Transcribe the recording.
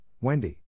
Wendy